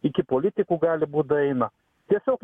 iki politikų gali būt daeina tiesiog